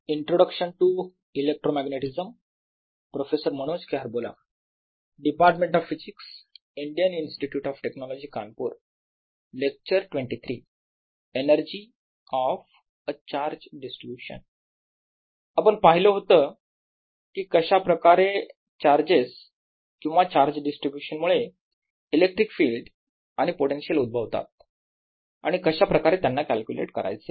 energy of a charge distribution I आपण पाहिलं होतं की कशाप्रकारे चार्जेस किंवा चार्ज डिस्ट्रीब्यूशन मुळे इलेक्ट्रिक फील्ड आणि पोटेन्शियल उद्भवतात आणि कशा प्रकारे त्यांना कॅल्क्युलेट करायचे